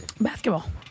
Basketball